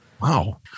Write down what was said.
Wow